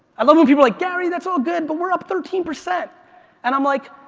i love when people are like, gary, that's all good but we're up thirteen percent and i'm like,